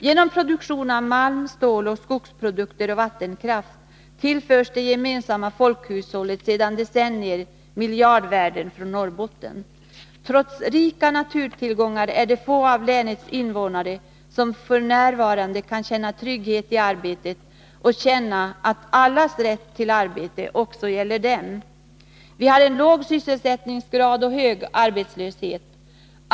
Genom produktion av malm, stål, skogsprodukter och vattenkraft tillförs det gemensamma folkhushållet sedan decennier miljardvärden från Norrbotten. Trots rika naturtillgångar är det få av länets invånare som f. n. kan känna trygghet i arbetet och känna att allas rätt till arbete också gäller dem. Vi har en låg sysselsättningsgrad och hög arbetslöshet.